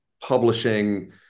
publishing